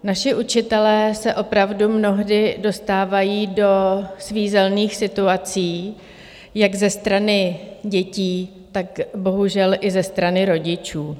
Naši učitelé se opravdu mnohdy dostávají do svízelných situací jak ze strany dětí, tak bohužel i ze strany rodičů.